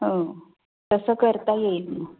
हो तसं करता येईल मग